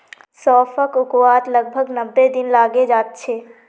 सौंफक उगवात लगभग नब्बे दिन लगे जाच्छे